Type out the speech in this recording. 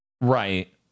Right